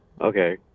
Okay